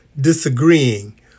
disagreeing